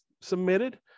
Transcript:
submitted